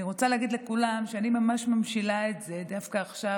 אני רוצה להגיד לכולם שאני ממש ממשילה את זה דווקא עכשיו,